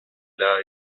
لَا